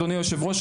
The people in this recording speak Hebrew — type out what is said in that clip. אדוני היושב ראש,